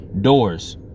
Doors